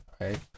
Right